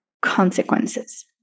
consequences